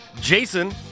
Jason